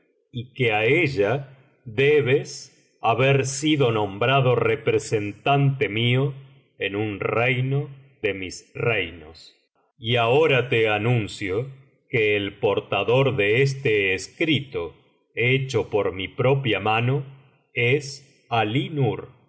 y que á ella debes haber sido nombrado representante mío en un reino de mis reinos y ahora te anuncio que el portador de este escrito hecho por mi propia mano es